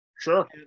sure